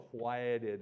quieted